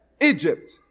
Egypt